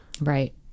Right